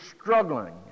struggling